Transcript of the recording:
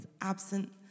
absent